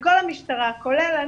כשכל המשטרה, כולל אני,